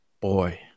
Boy